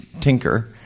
tinker